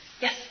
Yes